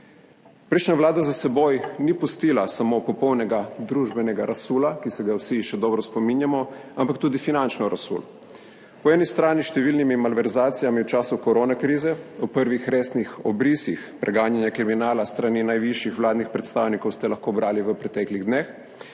Prejšnja vlada za seboj ni pustila samo popolnega družbenega razsula, ki se ga vsi še dobro spominjamo, ampak tudi finančno razsulo. Po eni strani s številnimi malverzacijami v času koronske krize, o prvih resnih obrisih preganjanje kriminala s strani najvišjih vladnih predstavnikov ste lahko brali v preteklih dneh,